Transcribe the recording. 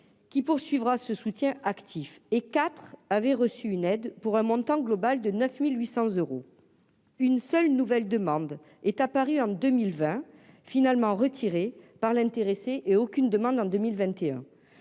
Qu'il poursuivra ce soutien actif et IV avait reçu une aide pour un montant global de 9800 euros, une seule, une nouvelle demande est apparu en 2020 finalement retirée par l'intéressé et aucune demande en 2021,